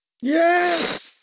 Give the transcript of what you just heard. yes